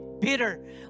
bitter